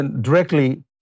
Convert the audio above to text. directly